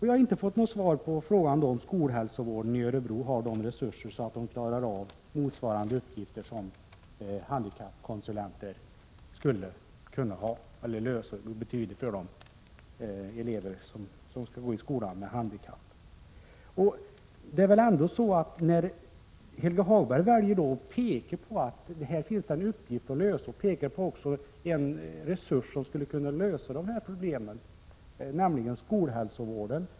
Jag har inte fått något svar på frågan om skolhälsovården i Örebro har resurser för att tillgodose de behov som handikappkonsulenterna tillgodoser för skolelever med handikapp. Helge Hagberg pekar på att det finns ett problem att lösa och att den resurs som behövs är skolhälsovården.